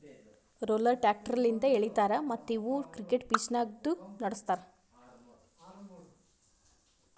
roller tractor ಲಿಂತ್ ಎಳಿತಾರ ಮತ್ತ್ ಇವು ಕ್ರಿಕೆಟ್ ಪಿಚ್ದಾಗ್ನು ನಡುಸ್ತಾರ್